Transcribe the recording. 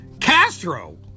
Castro